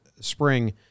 spring